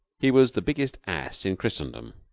he was the biggest ass in christendom.